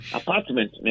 apartment